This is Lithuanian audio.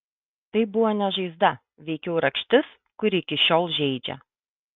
tai buvo ne žaizda veikiau rakštis kuri iki šiol žeidžia